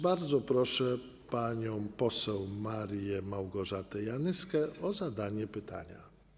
Bardzo proszę panią poseł Marię Małgorzatę Janyską o zadanie pytania.